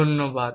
ধন্যবাদ